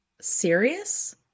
serious